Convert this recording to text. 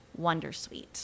Wondersuite